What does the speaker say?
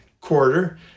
quarter